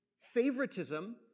favoritism